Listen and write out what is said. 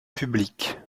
publique